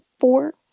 Four